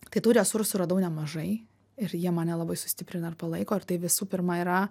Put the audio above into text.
tai tų resursų radau nemažai ir jie mane labai sustiprina ir palaiko ir tai visų pirma yra